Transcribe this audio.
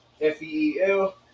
F-E-E-L